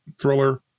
Thriller